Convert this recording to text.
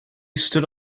stood